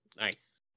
Nice